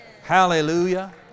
Hallelujah